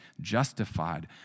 justified